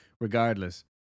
regardless